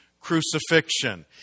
crucifixion